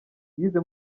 yize